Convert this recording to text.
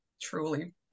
truly